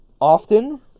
often